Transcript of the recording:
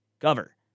cover